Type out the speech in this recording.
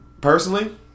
Personally